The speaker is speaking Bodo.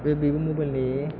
बे भिभ' मबाइल नि